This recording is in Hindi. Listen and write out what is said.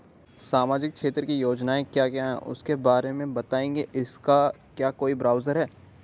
सामाजिक क्षेत्र की योजनाएँ क्या क्या हैं उसके बारे में बताएँगे इसका क्या कोई ब्राउज़र है?